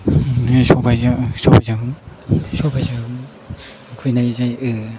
सबायजों खुबैनाय जायो